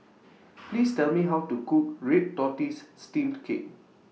Please Tell Me How to Cook Red Tortoise Steamed Cake